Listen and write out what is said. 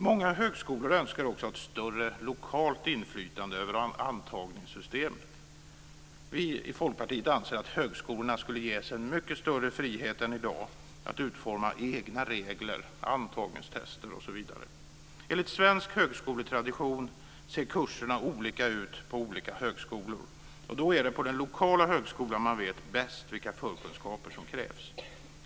Många högskolor önskar också ha ett större lokalt inflytande över antagningssystemet. Folkpartiet anser att högskolorna skulle ges en mycket större frihet än de i dag har när det gäller att utforma egna regler, antagningstest osv. Enligt svensk högskoletradition ser kurserna olika ut på olika högskolor. Det är på den lokala högskolan som man bäst vet vilka förkunskaper som krävs.